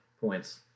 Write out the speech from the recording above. points